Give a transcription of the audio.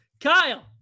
kyle